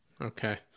Okay